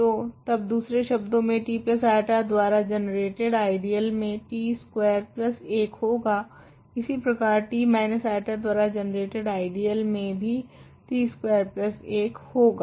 तो तब दूसरे शब्दो मे ti द्वारा जनरेटेड आइडियल मे t स्कवेर 1 होगा इसी प्रकार t I द्वारा जनरेटेड आइडियल मे भी t स्कवेर 1 होगा